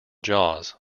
jaws